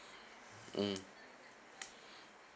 mm